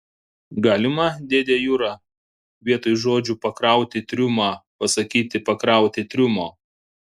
galima dėde jura vietoj žodžių pakrauti triumą pasakyti pakrauti triumo